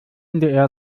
ndr